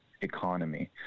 economy